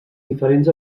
diferents